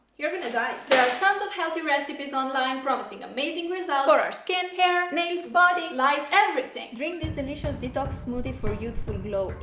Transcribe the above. you're gonna die. there are tons of healthy recipes online promising amazing results for our skin, hair, nails, body, life, everything. drink this delicious detox smoothie for youthful glow!